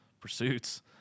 pursuits